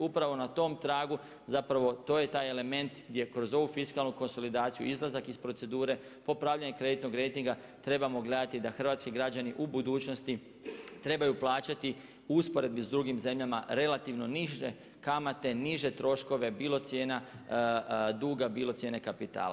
Upravo na tom tragu, zapravo to je taj element gdje kroz ovu fiskalnu konsolidaciju, izlazak iz procedure, popravljanje kreditnog rejtinga trebamo gledati da hrvatski građani u budućnosti trebaju plaćati u usporedbi s drugim zemljama relativno niže kamate, niže troškove, bilo cijena duga, bilo cijene kapitala.